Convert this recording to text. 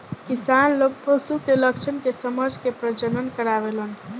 किसान लोग पशु के लक्षण के समझ के प्रजनन करावेलन